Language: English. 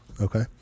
okay